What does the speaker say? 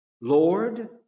lord